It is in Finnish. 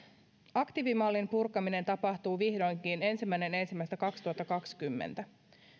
aktiivimallin purkaminen tapahtuu vihdoinkin ensimmäinen ensimmäistä kaksituhattakaksikymmentä